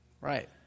Right